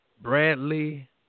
Bradley